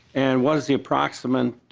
and what is the approximate